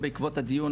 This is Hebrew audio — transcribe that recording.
בעקבות הדיון,